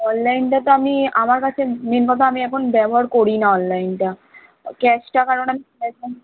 অনলাইনটা তো আমি আমার কাছে মেন কথা আমি এখন ব্যবহার করি না অনলাইনটা ক্যাশ টাকার অনেক